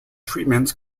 treatments